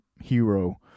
hero